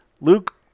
Luke